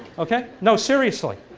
okay, no seriously.